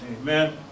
Amen